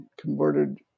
Converted